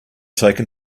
taken